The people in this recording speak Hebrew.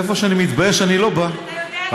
אם את מתביישת, אנחנו נמצאים פה, רק